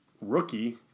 rookie